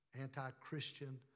anti-Christian